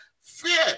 Fear